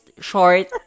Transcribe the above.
short